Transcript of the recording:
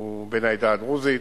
הוא בן העדה הדרוזית.